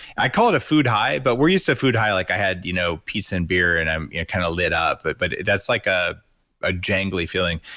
i call it a food high but we're used to food high like i had you know pizza and beer and i'm you know kind of lit up, but but that's like ah a jangly feeling.